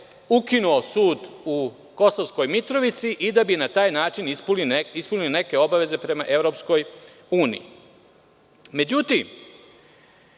ukinuo sud u Kosovskoj Mitrovici i da bi na taj način ispunili neke obaveze prema EU.Međutim,